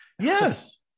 Yes